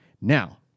Now